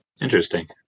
Interesting